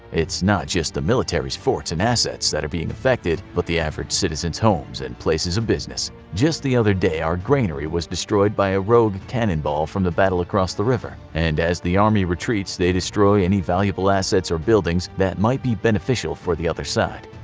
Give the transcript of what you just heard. not just the military's forts and assets that are being affected, but average citizens' homes and places of business. just the other day our granary was destroyed by a rogue cannonball from the battle across the river. and as the army retreats they destroy any valuable assets or buildings that might be beneficial for the other side.